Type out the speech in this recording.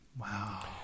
Wow